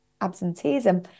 absenteeism